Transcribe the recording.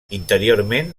interiorment